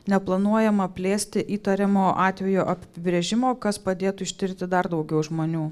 neplanuojama plėsti įtariamo atvejo apibrėžimo kas padėtų ištirti dar daugiau žmonių